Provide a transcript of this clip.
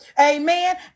Amen